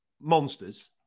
monsters